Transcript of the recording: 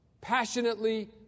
passionately